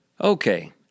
Okay